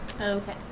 okay